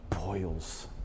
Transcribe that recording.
boils